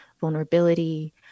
vulnerability